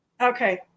Okay